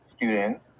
students